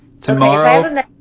Tomorrow